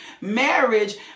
marriage